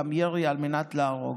גם ירי על מנת להרוג.